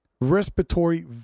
respiratory